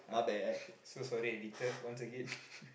so sorry editor once again